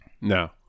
No